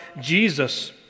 Jesus